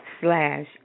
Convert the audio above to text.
slash